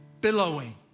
Billowing